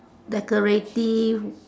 decorative